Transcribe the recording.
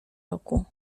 roku